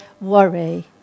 worry